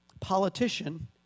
politician